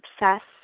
obsess